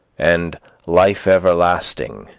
and life-everlasting,